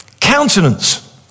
countenance